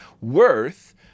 worth